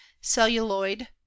celluloid